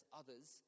others